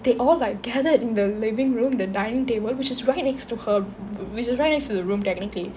they all like gathered in the living room the dining table which is right next to her which is right next to the room technically